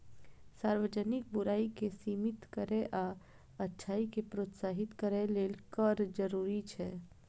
सार्वजनिक बुराइ कें सीमित करै आ अच्छाइ कें प्रोत्साहित करै लेल कर जरूरी छै